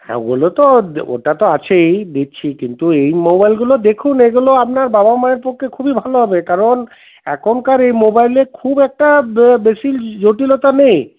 হ্যাঁ ওগুলো তো ওটাতো আছেই দিচ্ছি কিন্তু এই মোবাইলগুলো দেখুন এগুলো আপনার বাবা মায়ের পক্ষে খুবই ভালো হবে কারণ এখনকার এই মোবাইলে খুব একটা বেশি জটিলতা নেই